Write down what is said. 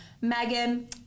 Megan